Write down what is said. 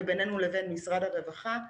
ובינינו לבין משרד הרווחה,